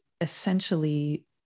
essentially